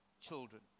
children